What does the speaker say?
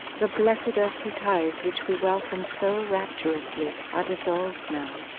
the blessed earthly ties which we welcomed so rapturously, are dissolved now,